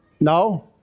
No